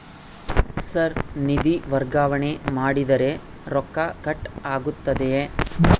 Sir ನಿಧಿ ವರ್ಗಾವಣೆ ಮಾಡಿದರೆ ರೊಕ್ಕ ಕಟ್ ಆಗುತ್ತದೆಯೆ?